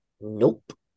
nope